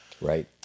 Right